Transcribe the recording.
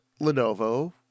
Lenovo